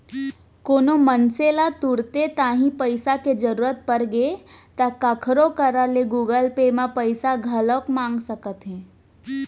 कोनो मनसे ल तुरते तांही पइसा के जरूरत परगे ता काखरो करा ले गुगल पे म पइसा घलौक मंगा सकत हे